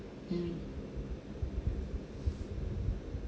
mm